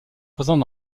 présents